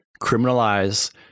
criminalize